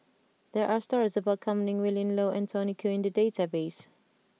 there are stories about Kam Ning Willin Low and Tony Khoo in the database